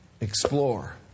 Explore